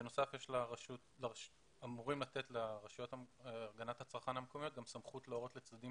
בנוסף אמורים לתת לרשויות להגנת הצרכן המקומיות גם סמכות להורות לצדדים